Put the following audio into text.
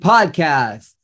Podcast